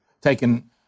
taken